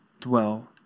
dwell